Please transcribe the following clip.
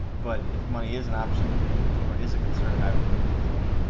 but, if money is an option or is a concern, i would go with a zone.